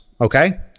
Okay